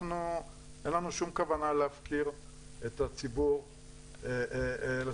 אין לנו שום כוונה להפקיר את הציבור לסכנות,